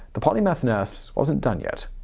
the polymath nurse wasn't done yet.